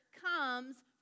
comes